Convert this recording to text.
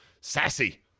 Sassy